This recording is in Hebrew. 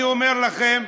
אני אומר לכם,